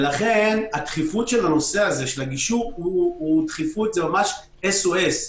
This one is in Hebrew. לכן הדחיפות של הגישור, זה ממש אס-או-אס.